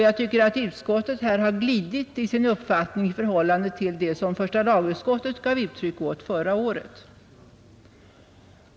Jag tycker att utskottet här har glidit i sin uppfattning i förhållande till det som första lagutskottet gav uttryck åt förra året.